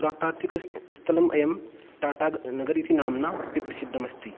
पुरातात्विकं स्थलम् अयं टाटा नगरम् इति नाम्नापि प्रसिद्धमस्ति